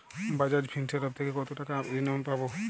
বাজাজ ফিন্সেরভ থেকে কতো টাকা ঋণ আমি পাবো?